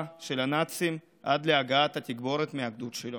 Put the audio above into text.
של הנאצים עד להגעת התגבורת מהגדוד שלו.